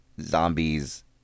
zombies